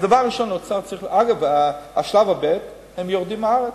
דרך אגב, בשלב ב' הם יורדים מהארץ,